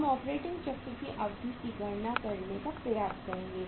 हम ऑपरेटिंग चक्र की अवधि की गणना करने का प्रयास करेंगे